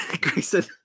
Grayson